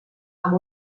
amb